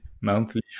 monthly